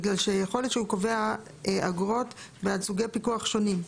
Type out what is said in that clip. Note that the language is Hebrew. בגלל שיכול להיות שהוא קובע אגרות בעד סוגי פיקוח שונים.